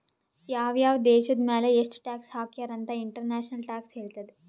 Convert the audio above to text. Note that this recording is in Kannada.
ಯಾವ್ ಯಾವ್ ದೇಶದ್ ಮ್ಯಾಲ ಎಷ್ಟ ಟ್ಯಾಕ್ಸ್ ಹಾಕ್ಯಾರ್ ಅಂತ್ ಇಂಟರ್ನ್ಯಾಷನಲ್ ಟ್ಯಾಕ್ಸ್ ಹೇಳ್ತದ್